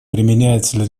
применяется